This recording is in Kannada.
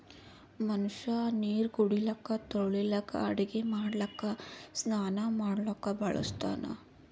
ಮನಷ್ಯಾ ನೀರು ಕುಡಿಲಿಕ್ಕ ತೊಳಿಲಿಕ್ಕ ಅಡಗಿ ಮಾಡ್ಲಕ್ಕ ಸ್ನಾನಾ ಮಾಡ್ಲಕ್ಕ ಬಳಸ್ತಾನ್